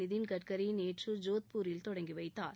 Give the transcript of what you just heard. நிதின் கட்கரி நேற்று ஜோத்பூரில் தொடங்கி வைத்தார்